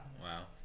Wow